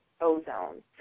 ozone